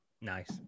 Nice